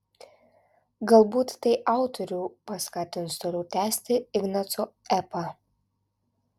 galbūt tai autorių paskatins toliau tęsti ignaco epą